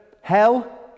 hell